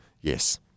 Yes